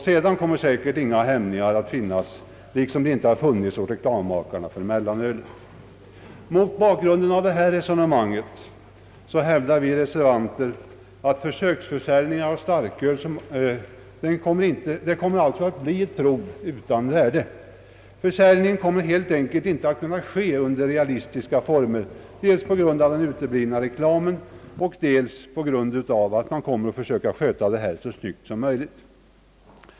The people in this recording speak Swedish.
Sedan kommer säkert inga hämningar att finnas, på samma sätt som några sådana inte har funnits hos reklammakarna för mellanölet. Mot bakgrunden av detta resonemang hävdar vi reservanter att försöksförsäljningen av starköl kommer att bli ett prov utan värde. Försäljningen kommer helt enkelt inte att ske under realistiska former, dels på grund av den uteblivna reklamen och dels på grund av att man kommer att försöka sköta det här försöket så snyggt som möjligt.